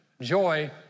Joy